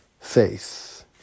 faith